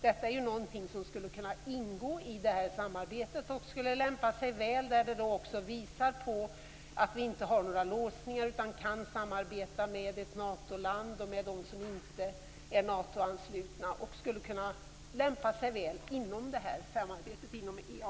Detta är ju någonting som skulle kunna lämpa sig väl för samarbetet inom EAPR, då det visar på att vi inte har några låsningar utan kan samarbeta med ett Natoland liksom med länder som inte är Natoanslutna.